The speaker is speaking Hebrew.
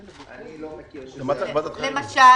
אני לא מכיר מצב --- למשל?